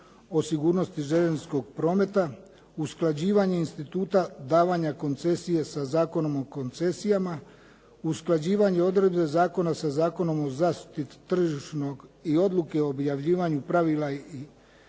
o sigurnosti željezničkog prometa, usklađivanje instituta davanja koncesije sa Zakonom o koncesijama, usklađivanje odredbe zakona sa Zakonom o zaštiti tržišnog i odluke o objavljivanju pravila i potpori